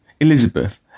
Elizabeth